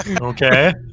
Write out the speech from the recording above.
okay